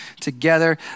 together